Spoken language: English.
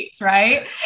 right